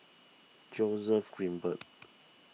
Joseph Grimberg